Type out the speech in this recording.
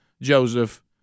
Joseph